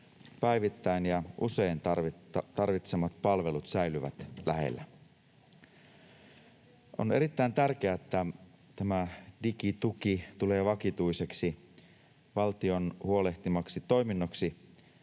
päivittäin ja usein tarvitsemat palvelut säilyvät lähellä. On erittäin tärkeää, että tämä digituki tulee vakituiseksi valtion huolehtimaksi toiminnoksi,